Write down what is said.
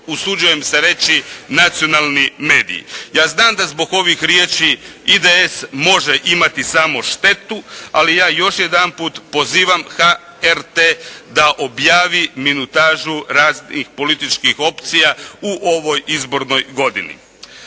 usuđujem se reći nacionalni mediji. Ja znam da zbog ovih riječi IDS može imati samo štetu, ali ja još jednom pozivam HRT da objavi minutažu raznih političkih opcija u ovoj izbornoj godini.